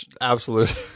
absolute